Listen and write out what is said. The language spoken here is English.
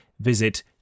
visit